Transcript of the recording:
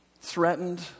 threatened